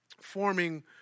Forming